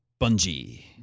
Bungie